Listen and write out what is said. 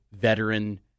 veteran